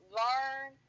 learn